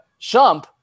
Shump